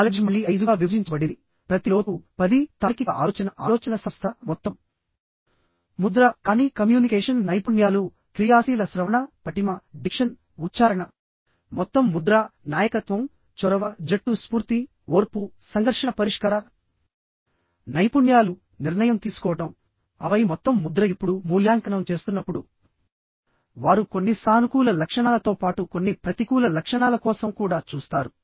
knowledge మళ్ళీ 5 గా విభజించబడింది ప్రతి లోతు పరిధి తార్కిక ఆలోచన ఆలోచనల సంస్థ మొత్తం ముద్ర కానీ కమ్యూనికేషన్ నైపుణ్యాలు క్రియాశీల శ్రవణపటిమ డిక్షన్ ఉచ్ఛారణ మొత్తం ముద్ర నాయకత్వం చొరవ జట్టు స్ఫూర్తి ఓర్పు సంఘర్షణ పరిష్కార నైపుణ్యాలు నిర్ణయం తీసుకోవడం ఆపై మొత్తం ముద్ర ఇప్పుడు మూల్యాంకనం చేస్తున్నప్పుడు వారు కొన్ని సానుకూల లక్షణాలతో పాటు కొన్ని ప్రతికూల లక్షణాల కోసం కూడా చూస్తారు